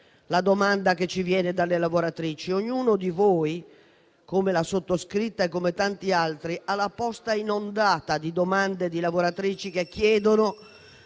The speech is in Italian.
la domanda che ci viene dalle lavoratrici. Ognuno di voi, come la sottoscritta e come tanti altri, ha la posta inondata di domande di lavoratrici che chiedono